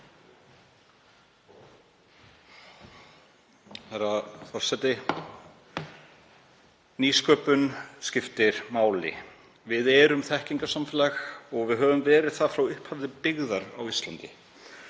Herra forseti. Nýsköpun skiptir máli. Við erum þekkingarsamfélag og við höfum verið það frá upphafi byggðar á Íslandi.